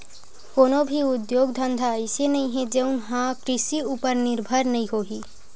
कोनो भी उद्योग धंधा अइसे नइ हे जउन ह कृषि उपर निरभर नइ होही